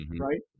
right